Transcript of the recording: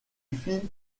fit